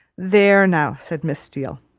there now, said miss steele,